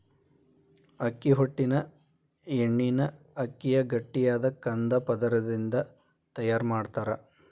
ಅಕ್ಕಿ ಹೊಟ್ಟಿನ ಎಣ್ಣಿನ ಅಕ್ಕಿಯ ಗಟ್ಟಿಯಾದ ಕಂದ ಪದರದಿಂದ ತಯಾರ್ ಮಾಡ್ತಾರ